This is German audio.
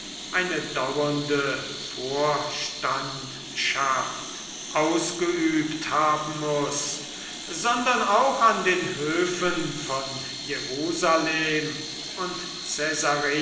eine dauernde vorstandschaft ausgeübt haben muß sondern auch an den höfen von jerusalem und